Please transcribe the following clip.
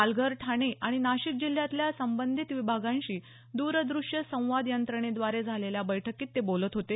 पालघर ठाणे आणि नाशिक जिल्ह्यातल्या संबंधित विभागांशी द्रदृश्य संवाद यंत्रणेद्धारे झालेल्या बैठकीत ते बोलत होते